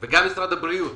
גם למשרד הבריאות,